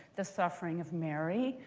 the suffering of mary,